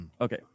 Okay